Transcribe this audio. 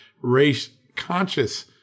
race-conscious